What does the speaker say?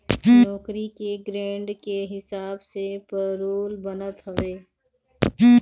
नौकरी के ग्रेड के हिसाब से पेरोल बनत हवे